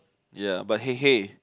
ya but hey hey